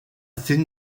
thin